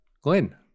Glenn